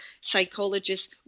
psychologists